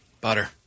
butter